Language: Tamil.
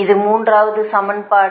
இது மூன்றாவது சமன்பாடு